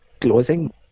closing